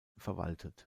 verwaltet